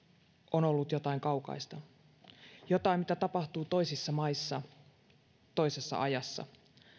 on ollut jotain kaukaista jotain mitä tapahtuu toisissa maissa toisessa ajassa